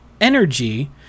energy